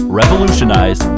revolutionize